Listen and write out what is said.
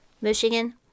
Michigan